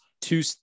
two